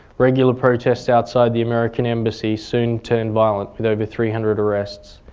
regular protests outside the american embassy soon turned violent with over three hundred arrests,